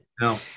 no